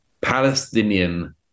Palestinian